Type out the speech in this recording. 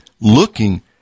looking